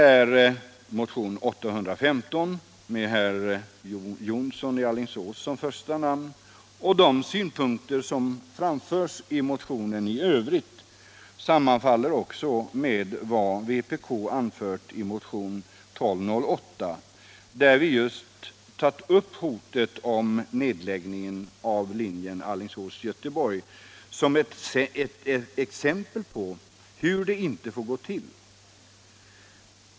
Även motionens övriga synpunkter sammanfaller med vad vpk har anfört i motionen 1208, där vi har tagit upp just hotet om nedläggningen av trafiken på Alingsås-Göteborg som ett exempel på hur det inte får gå till.